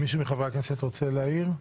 מישהו מחברי הכנסת רוצה להעיר?